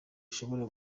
ushobora